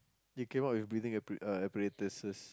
they came up with breathing appara~ uh apparatuses